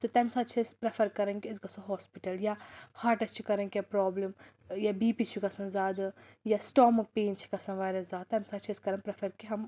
تہٕ تَمہِ ساتہٕ چھِ أسۍ پرٛیٚفر کَران کہِ أسۍ گَژھو ہاسپِٹَل یا ہارٹَس چھِ کَران کیٚنٛہہ پرٛابلِم یا بی پی چھُ گژھان زیادٕ یا سِٹامک پین چھِ گژھان واریاہ زیادٕ تَمہِ ساتہٕ چھِ أسۍ کَران پرٛیٚفَر کہِ ہَم